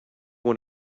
one